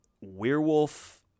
werewolf